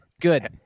Good